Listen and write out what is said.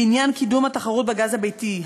לעניין קידום התחרות בגז הביתי,